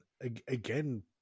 again